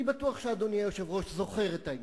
אני בטוח שאדוני היושב-ראש זוכר את העניין.